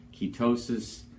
ketosis